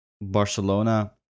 Barcelona